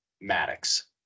Maddox